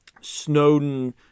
Snowden